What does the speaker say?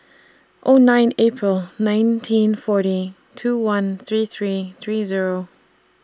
O nine April nineteen forty two one three three three Zero